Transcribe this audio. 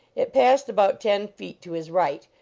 it passed about ten feet to his right,